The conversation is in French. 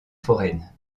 foraines